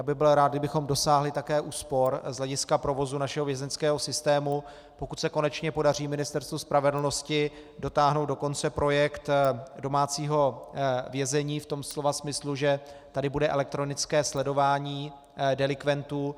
Já bych byl rád, kdybychom dosáhli také úspor z hlediska provozu našeho vězeňského systému, pokud se konečně podaří Ministerstvu spravedlnosti dotáhnout do konce projekt domácího vězení v tom slova smyslu, že tady bude elektronické sledování delikventů.